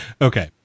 Okay